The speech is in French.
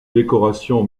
décoration